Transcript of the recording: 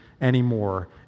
anymore